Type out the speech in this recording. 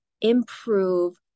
improve